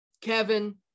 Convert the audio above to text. Kevin